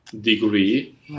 degree